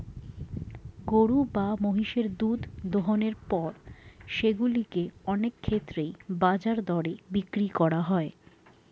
গরু বা মহিষের দুধ দোহনের পর সেগুলো কে অনেক ক্ষেত্রেই বাজার দরে বিক্রি করা হয়